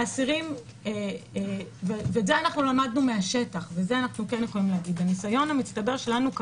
האסירים וזה למדנו מהשטח מהניסיון המצטבר שלנו,